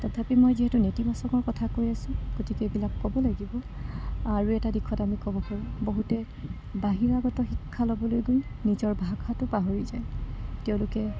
তথাপি মই যিহেতু নেতিবাচকৰ কথা কৈ আছোঁ গতিকে এইবিলাক ক'ব লাগিব আৰু এটা দিশত আমি ক'ব পাৰোঁ বহুতে বাহিৰাগত শিক্ষা ল'বলৈ গৈ নিজৰ ভাষাটো পাহৰি যায় তেওঁলোকে